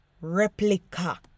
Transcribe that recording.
replica